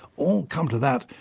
or come to that,